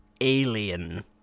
Alien